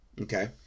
okay